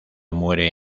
muere